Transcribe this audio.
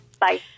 Bye